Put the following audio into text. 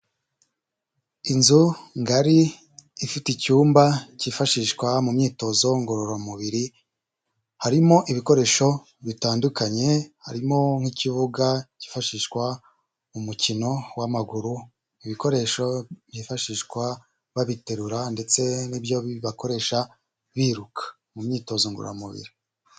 Inzu ngari ifite icyumba cyifashishwa mu myitozo ngororamubiri, harimo ibikoresho bitandukanye, harimo nk'ikibuga cyifashishwa mu mukino w'amaguru, ibikoresho byifashishwa babiterura ndetse n'ibyo bakoresha biruka mu myitozo ngororamubiri.